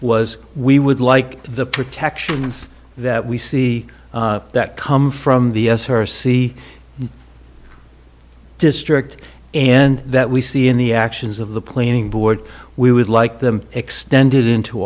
was we would like the protections that we see that come from the as her see district and that we see in the actions of the planning board we would like them extended into